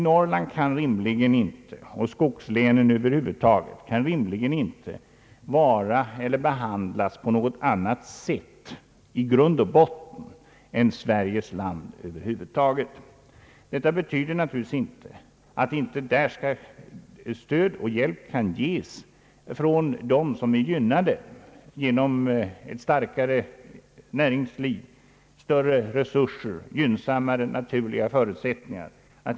Norrland — och skogslänen över huvud taget — kan rimligen i grund och botten inte behandlas på annat sätt än Sveriges land i övrigt. Detta betyder naturligtvis inte att stöd och hjälp ej kan ges från de landsdelar som gynnas genom ett starkare näringsliv, större resurser och bättre naturliga förutsättningar.